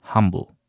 Humble